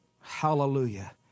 Hallelujah